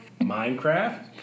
Minecraft